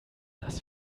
das